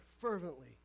fervently